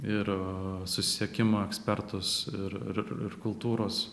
ir susisiekimo ekspertus ir ir ir kultūros